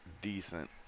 decent